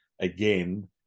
again